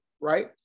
right